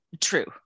True